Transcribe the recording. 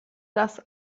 das